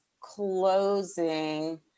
closing